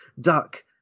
duck